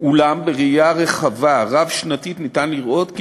אולם בראייה רחבה רב-שנתית ניתן לראות כי